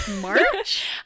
March